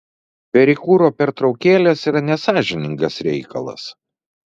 perikūro pertraukėlės yra nesąžiningas reikalas